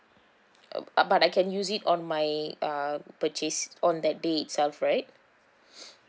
uh uh but I can use it on my um purchase on that day itself right